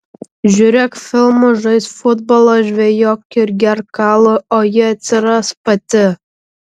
žiūrėk filmus žaisk futbolą žvejok ir gerk alų o ji atsiras pati